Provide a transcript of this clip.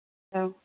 औ